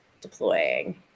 deploying